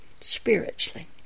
Spiritually